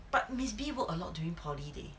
but miss B worked a lot during poly leh